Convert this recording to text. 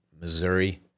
Missouri